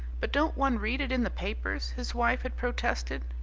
but don't one read it in the papers, his wife had protested,